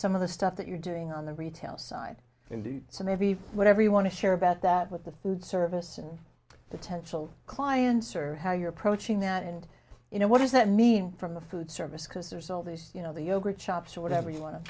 some of the stuff that you're doing on the retail side and do some heavy whatever you want to share about that with the food service and potential clients or how you're approaching that and you know what does that mean from the food service because there's all these you know the yogurt shops or whatever you want to